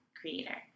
creator